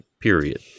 period